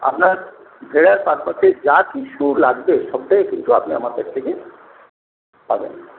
আপনার যে পারপাসে যা কিছু লাগবে সবটাই কিন্তু আপনি আমার কাছ থেকে পাবেন